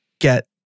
get